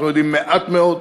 אנחנו יודעים מעט מאוד.